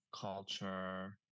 culture